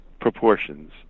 proportions